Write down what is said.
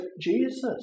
Jesus